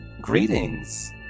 Greetings